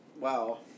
Wow